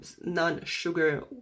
non-sugar